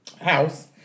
house